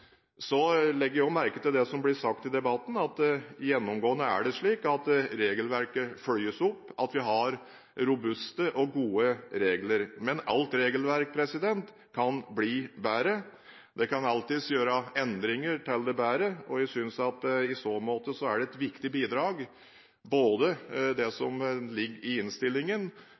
legger også merke til det som blir sagt i debatten om at det gjennomgående er slik at regelverket følges opp, og at vi har robuste og gode regler. Men alt regelverk kan bli bedre, det kan alltids gjøres endringer til det bedre, og jeg synes at det i så måte er et viktig bidrag ikke bare det som ligger i innstillingen,